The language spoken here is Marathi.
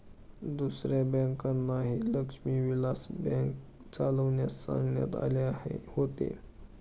दुसऱ्या बँकांनाही लक्ष्मी विलास बँक चालविण्यास सांगण्यात आले होते